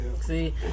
See